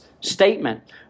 statement